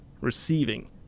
Receiving